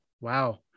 Wow